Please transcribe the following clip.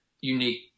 unique